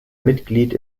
mitglied